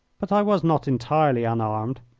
but i was not entirely unarmed.